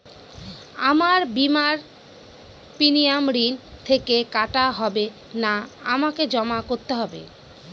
আমার বিমার প্রিমিয়াম ঋণ থেকে কাটা হবে না আমাকে জমা করতে হবে?